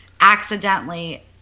accidentally